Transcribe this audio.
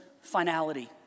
finality